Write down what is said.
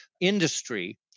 industry